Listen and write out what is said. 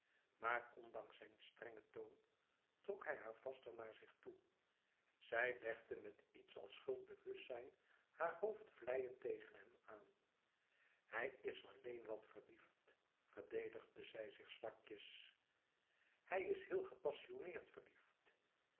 maar ondanks zijn strengen toon trok hij haar vaster naar zich toe zij legde met iets als schuldbewustzijn haar hoofd vleiend tegen hem aan hij is alleen wat verliefd verdedigde zij zich zwakjes hij is heel gepassionneerd verliefd